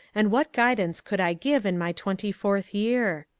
and what guidance could i give in my twenty fourth year?